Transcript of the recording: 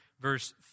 verse